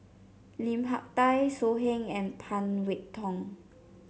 Lim Hak Tai So Heng and Phan Wait Hong